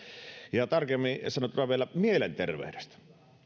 ja tarkemmin sanottuna vielä mielenterveydestä